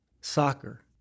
soccer